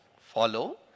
follow